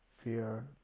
fear